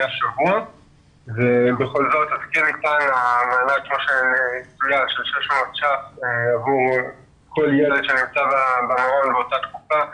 שבוע ובכל זאת הסכום של 600 שקלים עבור כל ילד שהיה במעון באותה תקופה,